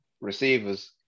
receiver's